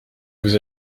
vous